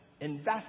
Invest